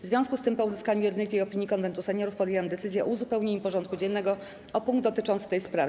W związku z tym, po uzyskaniu jednolitej opinii Konwentu Seniorów, podjęłam decyzję o uzupełnieniu porządku dziennego o punkt dotyczący tej sprawy.